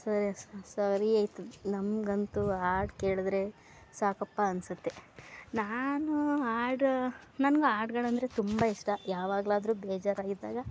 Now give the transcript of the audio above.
ಸ ಸರಿ ಆಯಿತು ನಮಗಂತೂ ಹಾಡು ಕೇಳಿದ್ರೆ ಸಾಕಪ್ಪ ಅನಿಸತ್ತೆ ನಾನು ಹಾಡ್ ನನ್ಗೆ ಹಾಡ್ಗಳಂದ್ರೆ ತುಂಬ ಇಷ್ಟ ಯಾವಾಗಲಾದ್ರೂ ಬೇಜಾರಾಗಿದ್ದಾಗ